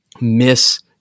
miss